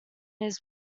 his